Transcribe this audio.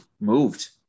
moved